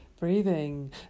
Breathing